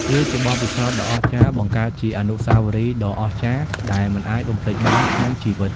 វាជាបទពិសោធន៍ដ៏អស្ចារ្យ បង្កើតជាអនុស្សាវរីយ៍ដ៏អស្ចារ្យដែលមិនអាចបំភ្លេចបានក្នុងជីវិត។